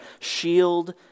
shield